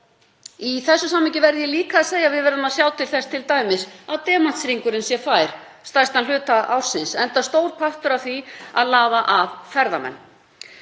Í þessu samhengi verð ég líka að segja að við verðum að sjá til þess t.d. að demantshringurinn sé fær stærstan hluta ársins enda stór partur af því að laða að ferðamenn.